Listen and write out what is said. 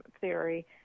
theory